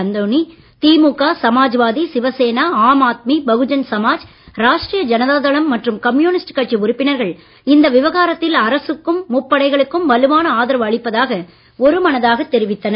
அந்தோணி திமுக சமாஜ்வாதி சிவசேனா ஆம் ஆத்மி பகுஜன் சமாஜ் ராஷ்ட்ரீய ஜனதாதளம் மற்றும் கம்யூனிஸ்ட் கட்சி உறுப்பினர்கள் இந்த விவகாரத்தில் அரசுக்கும் முப்படைகளுக்கும் வலுவான ஆதரவு அளிப்பதாக ஒருமனதாகத் தெரிவித்தனர்